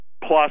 plus